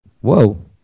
whoa